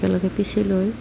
একেলগে পিচি লৈ